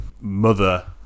mother